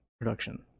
production